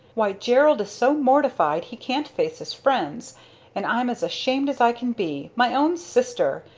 why gerald is so mortified he can't face his friends and i'm as ashamed as i can be! my own sister!